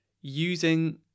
using